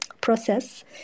process